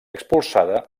expulsada